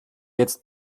jetzt